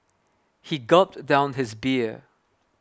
he gulped down his beer